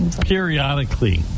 periodically